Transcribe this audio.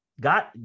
God